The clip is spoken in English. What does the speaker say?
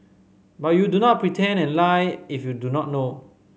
but you do not pretend and lie if you do not know